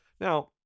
Now